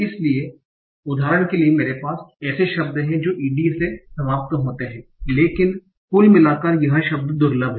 इसलिए उदाहरण के लिए मेरे पास ऐसे शब्द हैं जो ed से समाप्त होते हैं लेकिन कुल मिलाकर यह शब्द दुर्लभ है